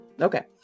okay